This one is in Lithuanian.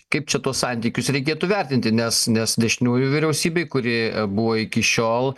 kaip čia tuos santykius reikėtų vertinti nes nes dešiniųjų vyriausybei kuri buvo iki šiol